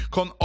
Con